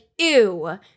Ew